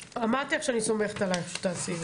לכן ישר עצרתי את זה,